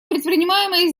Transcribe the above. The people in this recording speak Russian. предпринимаемые